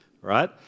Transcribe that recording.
right